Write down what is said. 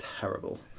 terrible